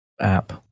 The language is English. app